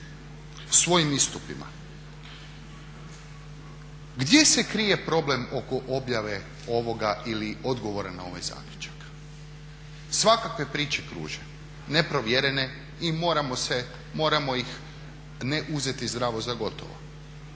svojim istupima. Gdje se krije problem oko objave ovoga ili odgovora na ovaj zaključak? Svakakve priče kruže, neprovjerene i moramo ih ne uzeti zdravo za gotovo.